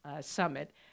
summit